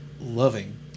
loving